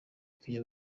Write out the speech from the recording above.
kanye